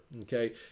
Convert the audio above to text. Okay